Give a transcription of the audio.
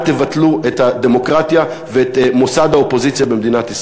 אל תבטלו את הדמוקרטיה ואת מוסד האופוזיציה במדינת ישראל.